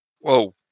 Whoa